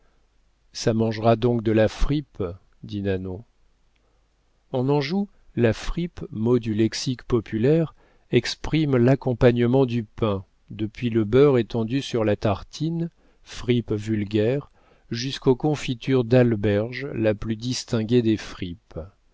ça mangera donc de la frippe dit nanon en anjou la frippe mot du lexique populaire exprime l'accompagnement du pain depuis le beurre étendu sur la tartine frippe vulgaire jusqu'aux confitures d'alberge la plus distinguée des frippes